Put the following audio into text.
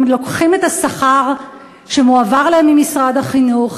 לוקחים את השכר שמועבר להם ממשרד החינוך